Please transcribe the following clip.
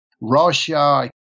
Russia